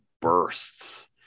bursts